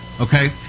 okay